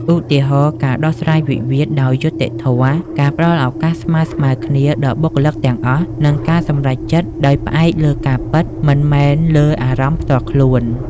ឧទាហរណ៍ ការដោះស្រាយវិវាទដោយយុត្តិធម៌ ការផ្ដល់ឱកាសស្មើៗគ្នាដល់បុគ្គលិកទាំងអស់ និងការសម្រេចចិត្តដោយផ្អែកលើការពិត មិនមែនលើអារម្មណ៍ផ្ទាល់ខ្លួន។